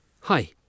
Hi